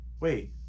wait